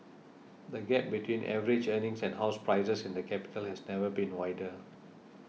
the gap between average earnings and house prices in the capital has never been wider